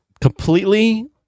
completely